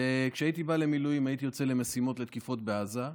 וכשהייתי בא למילואים הייתי יוצא למשימות של תקיפות בעזה,